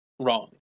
wrong